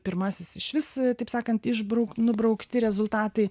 pirmasis išvis taip sakant išbrauk nubraukti rezultatai